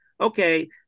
okay –